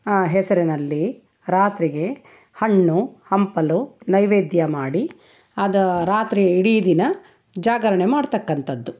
ಹೆಸರಿನಲ್ಲಿ ರಾತ್ರಿಗೆ ಹಣ್ಣು ಹಂಪಲು ನೈವೇದ್ಯ ಮಾಡಿ ಅದು ರಾತ್ರಿ ಇಡೀ ದಿನ ಜಾಗರಣೆ ಮಾಡತಕ್ಕಂಥದ್ದು